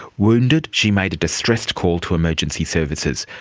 wounded, she made a distressed call to emergency services,